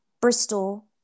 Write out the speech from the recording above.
Bristol